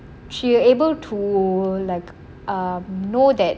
she was able to like um know that